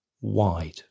wide